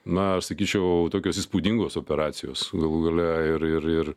na aš sakyčiau tokios įspūdingos operacijos galų gale ir ir ir